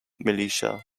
militia